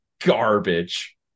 garbage